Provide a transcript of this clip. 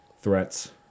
threats